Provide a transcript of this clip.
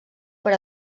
per